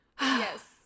Yes